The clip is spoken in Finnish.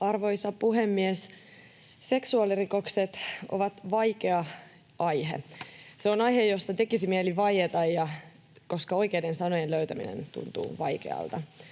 Arvoisa puhemies! Seksuaalirikokset ovat vaikea aihe. Ne ovat aihe, josta tekisi mieli vaieta, koska oikeiden sanojen löytäminen tuntuu vaikealta,